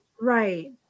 right